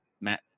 Matt